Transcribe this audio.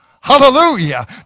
Hallelujah